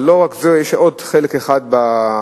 אבל לא רק זה, יש עוד חלק אחד בחוק,